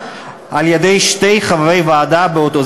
על-ידי שני חברי ועדה באותו,